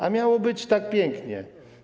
A miało być tak pięknie!